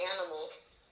animals